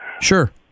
Sure